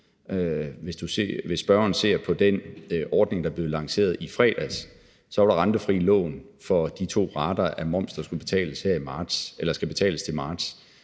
Hvis spørgeren ser på den ordning, der blev lanceret i fredags, så var der tale om rentefrie lån for de to rater af moms, der skal betales til marts,